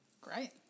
Great